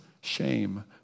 shame